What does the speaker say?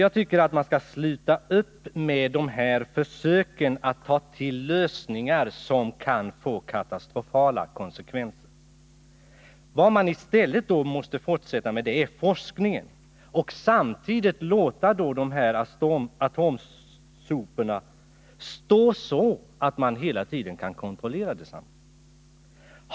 Jag tycker att man skall sluta upp med försöken att ta till lösningar som kan få katastrofala konsekvenser. Vad man i stället måste fortsätta med är forskning. Samtidigt måste man låta atomsoporna stå så att man hela tiden kan kontrollera desamma.